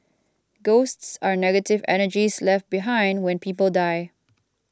ghosts are negative energies left behind when people die